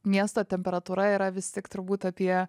miesto temperatūra yra vis tik turbūt apie